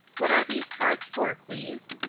what are these cards for, please?